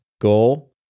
goal